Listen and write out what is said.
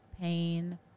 pain